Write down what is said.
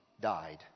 died